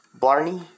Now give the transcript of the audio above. Barney